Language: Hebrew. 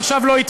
לא חשוב.